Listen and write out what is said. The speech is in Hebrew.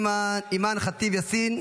אימאן ח'טיב יאסין,